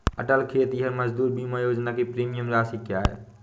अटल खेतिहर मजदूर बीमा योजना की प्रीमियम राशि क्या है?